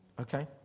Okay